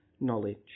knowledge